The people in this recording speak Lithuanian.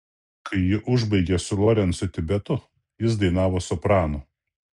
kai ji užbaigė su lorencu tibetu jis dainavo sopranu